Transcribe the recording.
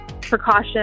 precaution